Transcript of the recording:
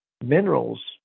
minerals